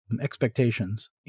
expectations